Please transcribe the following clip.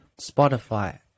Spotify